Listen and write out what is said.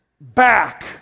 back